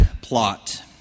plot